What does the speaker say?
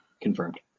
Confirmed